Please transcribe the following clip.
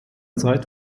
zeit